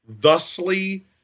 thusly